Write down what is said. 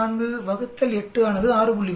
4 8 ஆனது 6